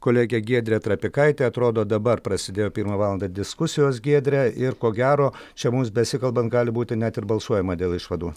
kolegė giedrė trapikaitė atrodo dabar prasidėjo pirmą valandą diskusijos giedre ir ko gero čia mums besikalbant gali būti net ir balsuojama dėl išvadų